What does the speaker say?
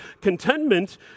contentment